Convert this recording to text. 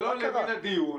זה לא למין הדיון.